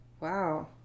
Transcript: Wow